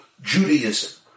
Judaism